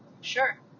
Sure